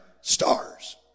stars